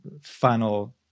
final